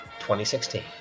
2016